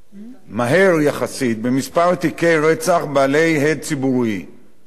מהר יחסית, בכמה תיקי רצח בעלי הד ציבורי ביפו,